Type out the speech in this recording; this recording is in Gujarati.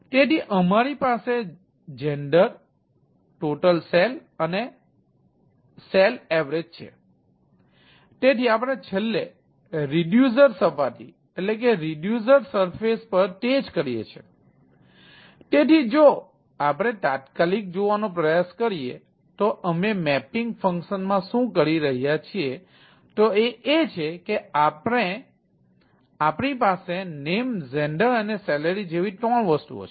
તેથી અમારી પાસે gender totalSal અને salavg છે